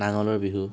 নাঙলৰ বিহু